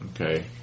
okay